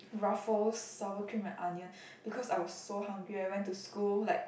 Ruffles sour cream and onion because I was so hungry I went to school like